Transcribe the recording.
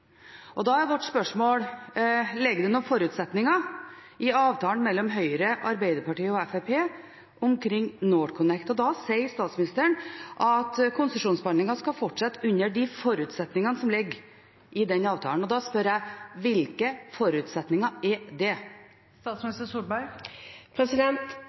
er om det ligger noen forutsetninger i avtalen mellom Høyre, Arbeiderpartiet og Fremskrittspartiet omkring NorthConnect. Da sier statsministeren at konsesjonsbehandlingen skal fortsette under de forutsetningene som ligger i den avtalen, og da spør jeg: Hvilke forutsetninger er det?